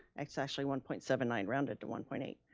actually one point seven nine rounded to one point eight.